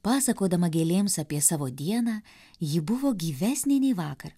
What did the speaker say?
pasakodama gėlėms apie savo dieną ji buvo gyvesnė nei vakar